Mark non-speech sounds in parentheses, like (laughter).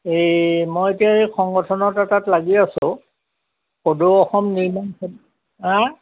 এই মই এতিয়া এই সংগঠন এটাত লাগি আছোঁ সদৌ অসম নিৰ্মাণ (unintelligible) হা